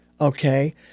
okay